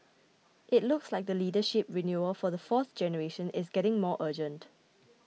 it looks like the leadership renewal for the fourth generation is getting more urgent